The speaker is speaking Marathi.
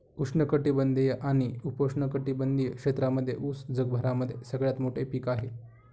उष्ण कटिबंधीय आणि उपोष्ण कटिबंधीय क्षेत्रांमध्ये उस जगभरामध्ये सगळ्यात मोठे पीक आहे